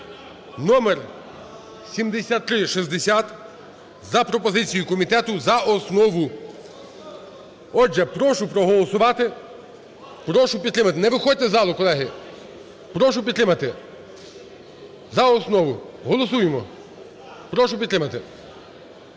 (№ 7360) за пропозицією комітету за основу. Отже, прошу проголосувати, прошу підтримати. Не виходьте з залу, колеги. Прошу підтримати за основу. Голосуємо. Прошу підтримати.